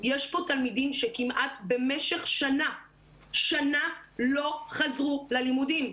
יש פה תלמידים שכמעט במשך שנה לא חזרו ללימודים.